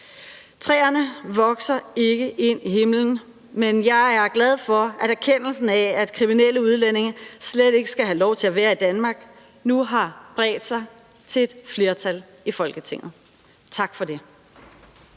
Træerne vokser ikke ind i himlen, men jeg er glad for, at erkendelsen af, at kriminelle udlændinge slet ikke skal have lov til at være i Danmark, nu har bredt sig til et flertal i Folketinget. Tak for det.